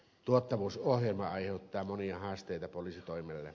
tuottavuusohjelma aiheuttaa monia haasteita poliisitoimelle